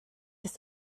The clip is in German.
ist